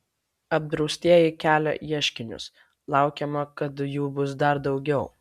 apdraustieji kelia ieškinius laukiama kad jų bus dar daugiau